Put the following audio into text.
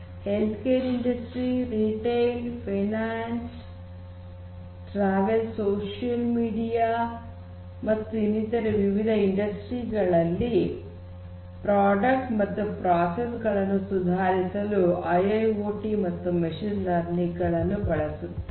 health care industry retail ಹಣಕಾಸು ಪ್ರಯಾಣ social media ಮತ್ತು ಇನ್ನಿತರೆ ವಿವಿಧ ಇಂಡಸ್ಟ್ರೀಸ್ ಗಳಲ್ಲಿ ಪ್ರಾಡಕ್ಟ್ಸ್ ಮತ್ತು ಪ್ರೋಸೆಸ್ ಗಳನ್ನು ಸುಧಾರಿಸಲು ಐ ಐ ಓ ಟಿ ಮತ್ತು ಮಷೀನ್ ಲರ್ನಿಂಗ್ ಗಳನ್ನು ಬಳಸುತ್ತಾರೆ